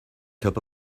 cup